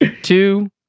two